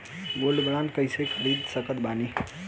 Gold bond कईसे खरीद सकत बानी?